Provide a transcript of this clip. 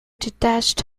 detached